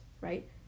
right